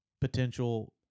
potential